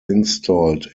installed